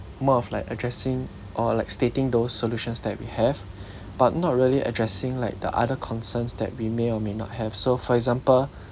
more of like addressing or like stating those solutions that we have but not really addressing like the other concerns that we may or may not have so for example